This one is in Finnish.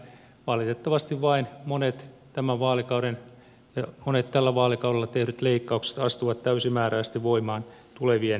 valitettavasti vain monet tällä vaalikaudella tehdyt leikkaukset astuvat täysimääräisesti voimaan tulevien vaalikausien aikana